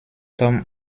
tom